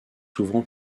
souvent